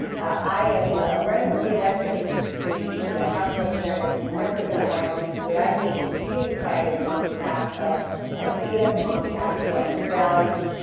i am running for reelection to the house of representatives to represent wyoming so that i can continue fighting on behalf of our freedom, on behalf of wyoming values,